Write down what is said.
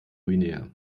guinea